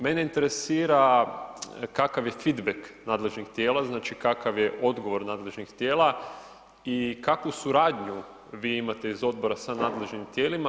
Mene interesira kakav je fit back nadležnih tijela znači kakav je odgovor nadležni tijela i kakvu suradnju vi imate iz odbora sa nadležnim tijelima.